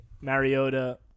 Mariota –